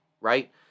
right